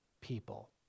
people